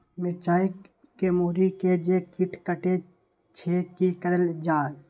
मिरचाय के मुरी के जे कीट कटे छे की करल जाय?